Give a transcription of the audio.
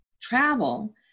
travel